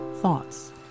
thoughts